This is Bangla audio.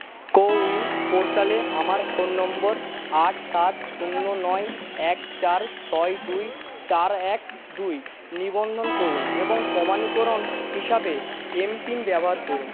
কো উইন পোর্টালে আমার ফোন নম্বর আট সাত শূন্য নয় এক চার ছয় দুই চার এক দুই নিবন্ধন করুন এবং প্রমাণীকরণ হিসাবে এমপিন ব্যবহার করুন